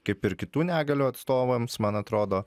kaip ir kitų negalių atstovams man atrodo